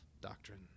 doctrine